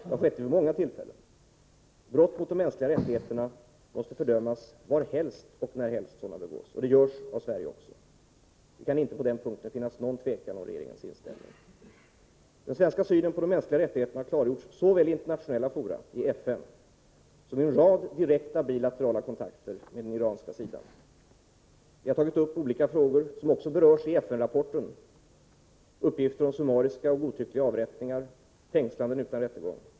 Det har skett vid många tillfällen. Brott mot de mänskliga rättigheterna måste fördömas varhelst och närhelst sådana begås, och det gör Sverige också. Det kan på den punkten inte finnas något tvivel om regeringens inställning. Den svenska synen på de mänskliga rättigheterna har klargjorts såväl i internationella fora såsom i FN som vid en rad direkta bilaterala kontakter med Iran. Vi har tagit upp olika frågor som också berörs i FN-rapporten, uppgifter om summariska och godtyckliga avrättningar samt fängslande utan rättegång.